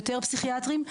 יותר פסיכיאטרים,